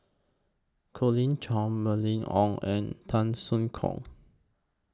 Colin Cheong Mylene Ong and Tan Soo Khoon